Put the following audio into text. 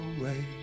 away